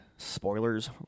spoilers